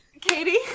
Katie